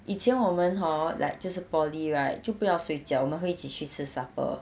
以前我们 hor like 就是 poly right 就不要睡觉我们会一起去吃 supper